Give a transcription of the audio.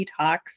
detox